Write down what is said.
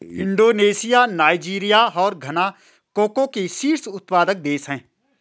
Indonesia Nigeria और Ghana cocoa के शीर्ष उत्पादक देश हैं